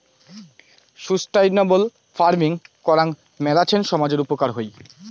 sustainable farming করাং মেলাছেন সামজের উপকার হই